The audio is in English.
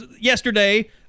yesterday